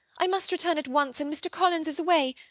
i must return at once and mr. collins is away.